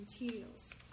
materials